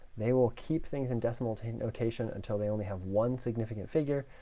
they will keep things in decimal notation until they only have one significant figure,